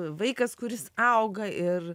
vaikas kuris auga ir